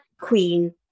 queen